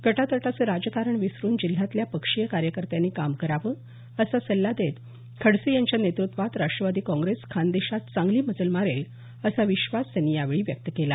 गटातटाचे राजकारण विसरुन जिल्ह्यातल्या पक्षीय कार्यकत्यांनी काम करावे असा सल्ला देत खडसे यांच्या नेतुत्वात राष्टवादी काँग्रेस खानदेशात चांगली मजल मारेल असा विश्वास त्यांनी यावेळी व्यक्त केला